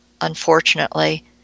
unfortunately